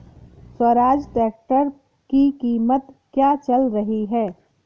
Swaraj tractor की कीमत क्या चल रही है?